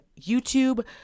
YouTube